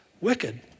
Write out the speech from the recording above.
wicked